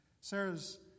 Sarah's